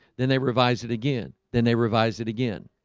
then they revised it again, then they revised it again